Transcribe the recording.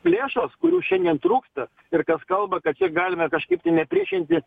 lėšos kurių šiandien trūksta ir kas kalba kad jie galime kažkaip tai nepriešinti